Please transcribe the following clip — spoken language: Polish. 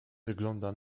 wygląda